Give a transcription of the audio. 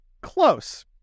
Close